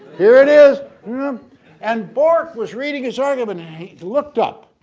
here it is and bork was reading his argument. he looked up,